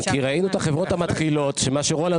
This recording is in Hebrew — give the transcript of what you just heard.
כי ראינו את החברות המתחילות שמה שרולנד